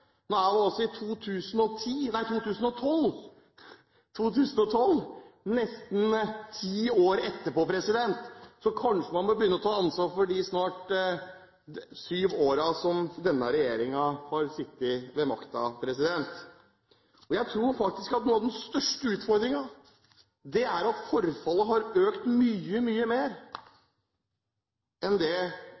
nå er man altså i 2012, nesten ti år senere, så kanskje man bør begynne å ta ansvar for de snart syv årene denne regjeringen har sittet ved makten. Jeg tror faktisk at noe av den største utfordringen er at forfallet har økt mye, mye mer enn det